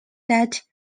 that